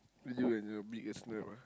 you and your big ass nap ah